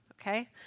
okay